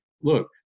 Look